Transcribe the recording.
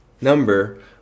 number